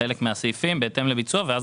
חלק מהסעיפים מתוקצבים בהתאם לביצוע ואז